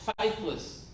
faithless